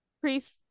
Priest